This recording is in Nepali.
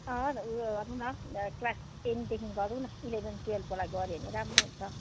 उयो गरौँ न क्लास टेनदेखि गरौँ न इलेभेन टुवेल्भकोलाई गऱ्यो भने राम्रो हुन्छ